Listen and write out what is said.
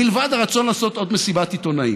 מלבד הרצון לעשות עוד מסיבת עיתונאים.